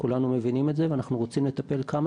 כולנו מבינים את זה ואנחנו רוצים לטפל כמה